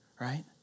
right